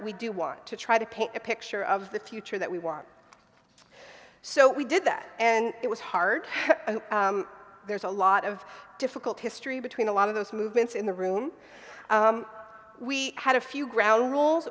we do want to try to paint a picture of the future that we want so we did that and it was hard there's a lot of difficult history between a lot of those movements in the room we had a few ground rules